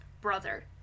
brother